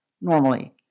normally